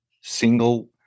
single